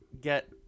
get